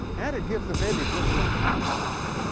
and it gives the baby a good sense of accomplishment.